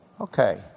Okay